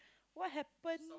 what happen